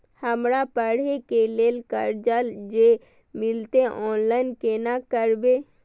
हमरा पढ़े के लेल कर्जा जे मिलते ऑनलाइन केना करबे?